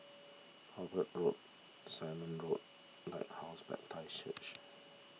Hobart Road Simon Walk Lighthouse Baptist Church